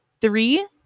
Three